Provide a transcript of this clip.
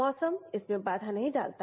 मौसम इसमें बाया नहीं डालता